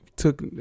took